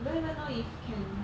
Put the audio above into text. don't even know if can